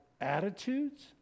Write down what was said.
attitudes